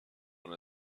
one